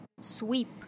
sweep